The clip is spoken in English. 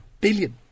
billion